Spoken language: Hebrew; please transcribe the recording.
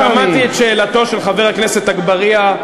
שמעתי את שאלתו של חבר הכנסת אגבאריה.